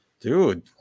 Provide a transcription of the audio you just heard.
dude